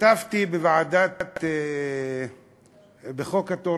השתתפתי בישיבת הוועדה על חוק התורמים,